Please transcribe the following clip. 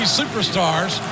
superstars